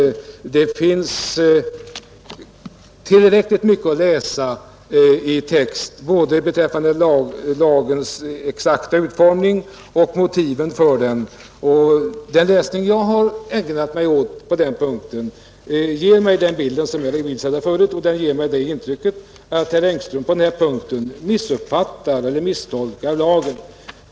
Det finns tillräckligt mycket att läsa både när det gäller lagens exakta utformning och motiven för den. Och den läsning jag har ägnat mig åt har givit mig det intryck som jag redovisade förut, nämligen att herr Engström på denna punkt har misstolkat lagen.